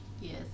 Yes